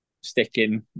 sticking